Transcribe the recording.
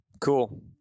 cool